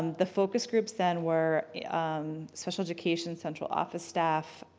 the focus groups then were special education central office staff,